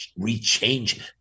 rechange